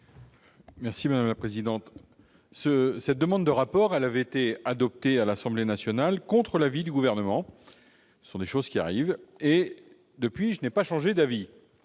l'avis du Gouvernement ? Cette demande de rapport a été adoptée à l'Assemblée nationale contre l'avis du Gouvernement- ce sont des choses qui arrivent ! Depuis lors, je n'ai pas changé d'avis